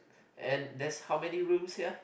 and there's how many rooms here